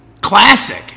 Classic